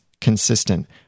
consistent